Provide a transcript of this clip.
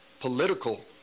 political